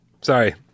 Sorry